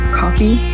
coffee